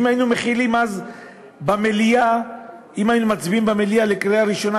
אם היינו אז מצביעים במליאה בקריאה ראשונה,